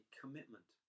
commitment